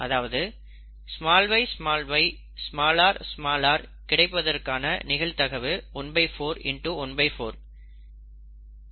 அதாவது yyrr கிடைப்பதற்கான நிகழ்தகவு 14 x 14 116